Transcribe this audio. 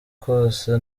kose